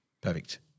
Perfect